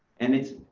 and it's,